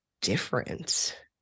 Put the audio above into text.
different